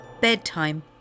bedtime